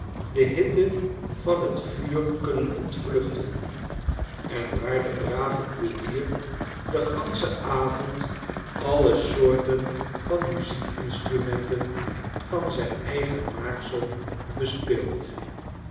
de hitte van het vuur kunnen ontvluchten en waar de brave koerier den ganschen avond alle soorten van muziekinstrumenten van zijn eigen maaksel